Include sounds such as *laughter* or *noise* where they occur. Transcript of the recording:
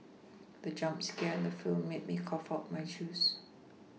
the jump *noise* scare in the film made me cough out my juice